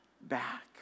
back